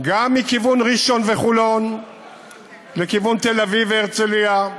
גם מכיוון ראשון וחולון לכיוון תל-אביב והרצליה,